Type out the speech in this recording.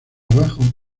abajo